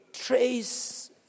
trace